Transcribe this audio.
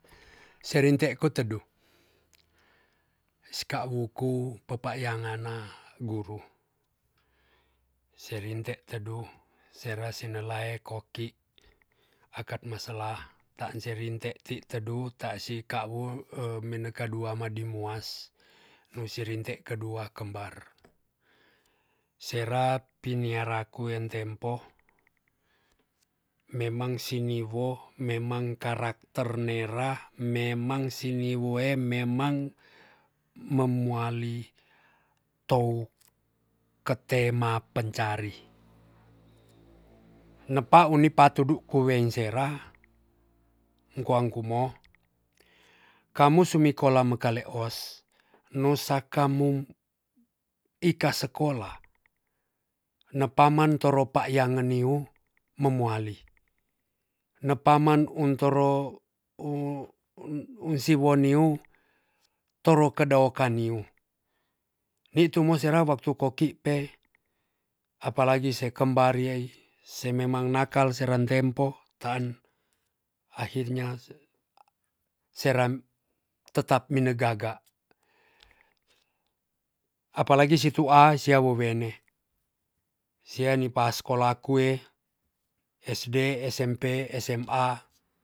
Serinte ku teduh ska wuku popa'ya ngana guru serinte teduh serasi nelae ko'ki akat masalah ta' serinte ti'teduh tasi ka'wu e meneka dua madi muas musirente kedua kembar, serap piniaraku entempoh memang singiwoh meang karakter nerah memang siniwem memang memuali tou kete ma pencari nepa uni patu'du kuenserah ungkuong kumoh kamu sumikola makale os nusa kamu ika sekolah nepaman toropayangan niwu memuali nepaman untoro u-un-unsiwoniu toro kedokan niu nitu mosera waktu kok'pe apalagi sekembari ei se memang nakal serentempo tan akhirnya seran tetap mi ne gaga apalagi situ asia wowene siani pas sekolah kue sd, smp sma